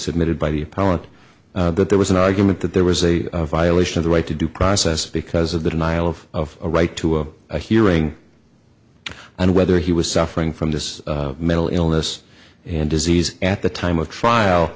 submitted by the opponent that there was an argument that there was a violation of the right to due process because of the denial of a right to a hearing and whether he was suffering from this mental illness and disease at the time of trial